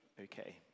okay